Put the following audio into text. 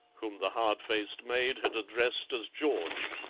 whom the hard-faced maid had addressed as george.